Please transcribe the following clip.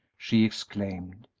she exclaimed,